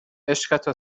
عشقت